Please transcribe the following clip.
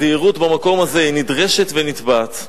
הזהירות במקום הזה נדרשת ונתבעת.